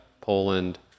Poland